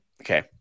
okay